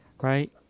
Right